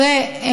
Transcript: תראה,